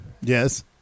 Yes